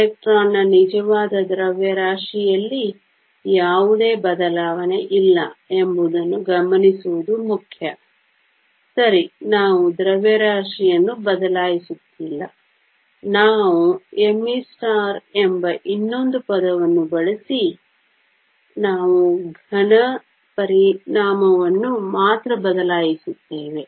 ಎಲೆಕ್ಟ್ರಾನ್ನ ನಿಜವಾದ ದ್ರವ್ಯರಾಶಿಯಲ್ಲಿ ಯಾವುದೇ ಬದಲಾವಣೆ ಇಲ್ಲ ಎಂಬುದನ್ನು ಗಮನಿಸುವುದು ಮುಖ್ಯ ಸರಿ ನಾವು ದ್ರವ್ಯರಾಶಿಯನ್ನು ಬದಲಾಯಿಸುತ್ತಿಲ್ಲ ನಾನು me ಎಂಬ ಇನ್ನೊಂದು ಪದವನ್ನು ಬಳಸಿ ನಾವು ಘನ ಪರಿಣಾಮವನ್ನು ಮಾತ್ರ ಬದಲಾಯಿಸುತ್ತೇವೆ